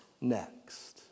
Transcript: next